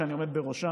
שאני עומד בראשה,